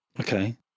Okay